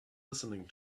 listening